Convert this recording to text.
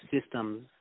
systems